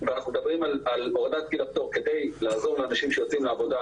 אם אנחנו מדברים על הורדת גיל הפטור כדי לעזור לאנשים שיוצאים לעבודה,